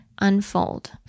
Unfold